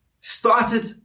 started